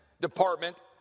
Department